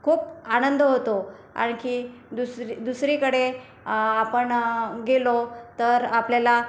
खूप आनंद होतो आणखी दुसरी दुसरीकडे आपण गेलो तर आपल्याला